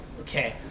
okay